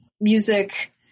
music